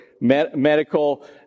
medical